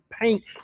paint